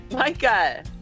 Micah